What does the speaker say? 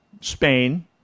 Spain